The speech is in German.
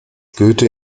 goethe